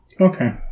Okay